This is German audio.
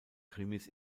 krimis